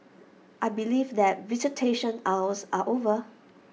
I believe that visitation hours are over